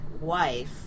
wife